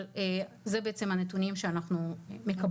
זה בצעם הנתונים שאנחנו מקבלים.